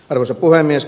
arvoisa puhemies